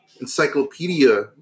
encyclopedia